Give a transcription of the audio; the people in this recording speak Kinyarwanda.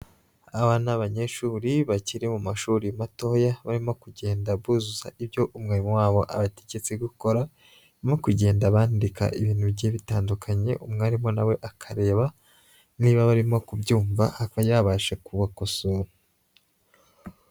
Aba ni abanyeshuri bakiri mu mashuri matoya, barimo kugenda buzuza ibyo umwarimu wabo abategetse gukora, barimo kugenda bandika ibintu bigiye bitandukanye, umwarimu na we akareba niba barimo kubyumva, akaba yabasha kubakosora.